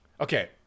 Okay